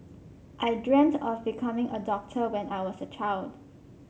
I dreamt of becoming a doctor when I was a child